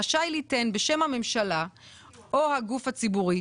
רשאי ליתן בשם הממשלה או הגוף הציבורי,